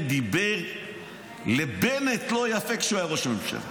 דיבר לבנט לא יפה כשהוא היה ראש הממשלה.